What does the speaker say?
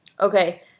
Okay